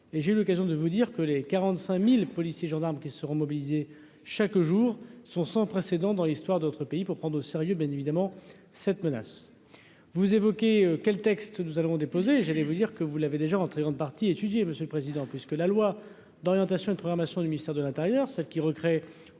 j'ai eu l'occasion de vous dire que les 45000 policiers gendarmes qui seront mobilisés chaque jour sont sans précédent dans l'histoire de notre pays pour prendre au sérieux, bien évidemment, cette menace, vous évoquez quel texte nous allons déposer j'allais vous dire que vous l'avez déjà en très grande partie étudier, monsieur le président, puisque la loi d'orientation et de programmation du ministère de l'Intérieur, celles qui recréent